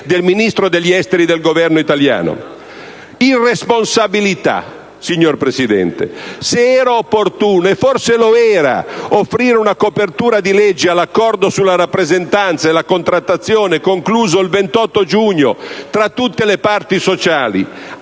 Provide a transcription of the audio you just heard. del Ministro degli esteri del Governo italiano. Irresponsabilità, signor Presidente: se era opportuno - e forse lo era - offrire una copertura di legge all'accordo sulla rappresentanza e la contrattazione concluso il 28 giugno tra tutte le parti sociali,